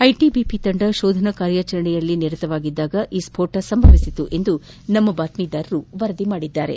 ಐಟಿಬಿಪಿಯ ತಂಡ ಶೋಧನಾ ಕಾರ್ಯಾಚರಣೆಯಲ್ಲಿ ತೊಡಗಿದ್ದಾಗ ಈ ಸ್ವೋಟ ಸಂಭವಿಸಿದೆ ಎಂದು ನಮ್ನ ಬಾತ್ತೀದಾರರು ವರದಿ ಮಾಡಿದ್ದಾರೆ